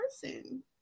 person